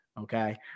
okay